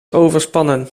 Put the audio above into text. overspannen